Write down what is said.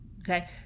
Okay